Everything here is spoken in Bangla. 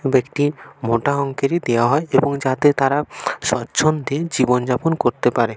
ব্যক্তি মোটা অঙ্কেরই দেওয়া হয় এবং যাতে তারা স্বচ্ছন্দে জীবনযাপন করতে পারে